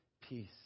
peace